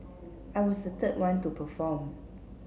I was the third one to perform